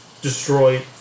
destroy